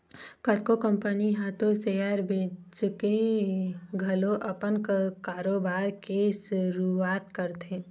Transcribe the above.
कतको कंपनी ह तो सेयर बेंचके घलो अपन कारोबार के सुरुवात करथे